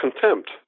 contempt